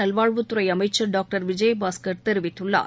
நல்வாழ்வுத்துறை அமைச்சர் டாக்டர் விஜயபாஸ்கர் தெரிவித்துள்ளார்